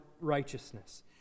righteousness